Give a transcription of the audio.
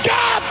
God